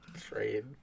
trade